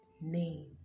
name